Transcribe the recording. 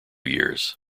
years